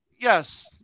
Yes